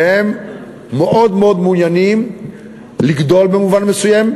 והם מאוד מעוניינים לגדול במובן מסוים,